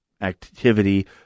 activity